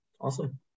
awesome